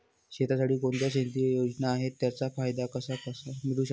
शेतीसाठी कोणत्या केंद्रिय योजना आहेत, त्याचा फायदा मला कसा मिळू शकतो?